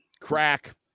Crack